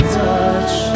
touch